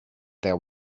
there